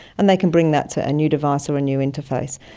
and they can bring that to a new device so a new interface.